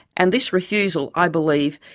and this refusal, i believe,